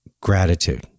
gratitude